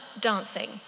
dancing